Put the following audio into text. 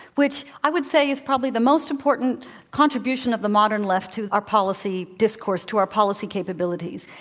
which i would say is probably the most important contribution of the modern left to our policy discourse, to our policy capabilities.